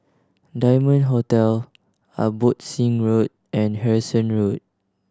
Diamond Hotel Abbotsingh Road and Harrison Road